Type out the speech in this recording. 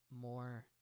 more